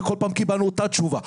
וכל פעם קיבלנו את אותה תשובה,